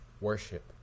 worship